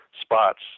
spots